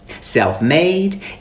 self-made